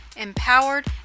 empowered